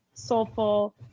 soulful